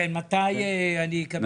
מתי אני אקבל?